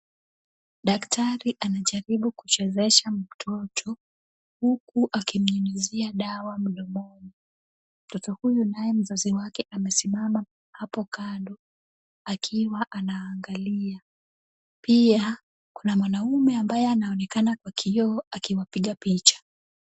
Daktari anajaribu kuchezesha mtoto huku akinyunyizia dawa mdomoni ,mtoto huyu naye mzazi wake amesimama hapo kando akiwa anaangalia, pia kuna mwanaume ambaye anaonekana kwa kioo akiwapiga picha.